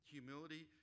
humility